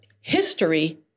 history